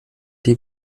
die